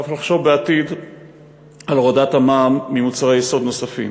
צריך לחשוב בעתיד על הורדת המע"מ ממוצרי יסוד נוספים.